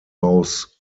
aus